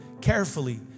carefully